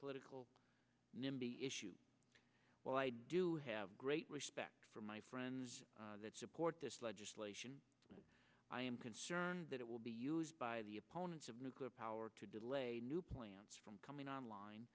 political nimby issue well i do have great respect for my friends that support this legislation i am concerned that it will be used by the opponents of nuclear power to delay new plants from coming online